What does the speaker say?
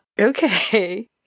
Okay